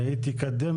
היא תקדם,